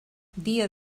dia